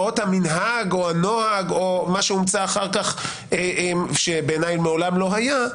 המנהג או הנוהג או מה שהומצא אחר כך שבעיניי מעולם לא היה,